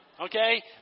Okay